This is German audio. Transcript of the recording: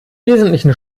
wesentlichen